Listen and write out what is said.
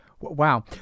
wow